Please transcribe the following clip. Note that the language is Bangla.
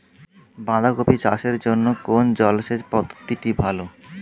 বাঁধাকপি চাষের জন্য কোন জলসেচ পদ্ধতিটি ভালো?